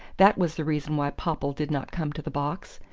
that was the reason why popple did not come to the box.